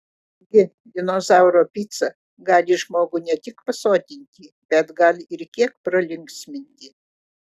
gi dinozauro pica gali žmogų ne tik pasotinti bet gal ir kiek pralinksminti